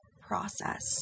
process